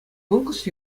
конкурс